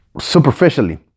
superficially